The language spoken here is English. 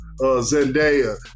Zendaya